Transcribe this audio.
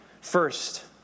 First